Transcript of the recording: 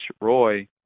Roy